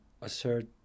assert